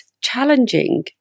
challenging